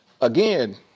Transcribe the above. again